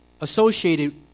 associated